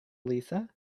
lisa